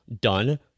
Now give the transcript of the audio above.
done